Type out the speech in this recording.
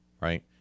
right